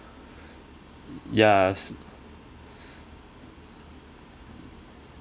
ya